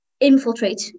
infiltrate